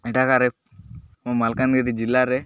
ଏଠାକାର ମାଲକାନଗିରି ଜିଲ୍ଲାରେ